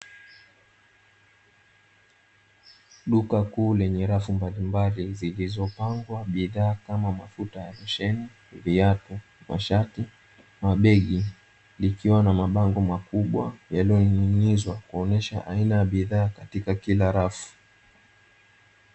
Duka kuu lenye rafu mbalimbali zilizopangwa bidhaa kama mafuta ya losheni, viatu, mashati, mabegi likiwa na mabango makubwa yalioning'inizwa kuonyesha aina ya bidhaa katika kila rafu.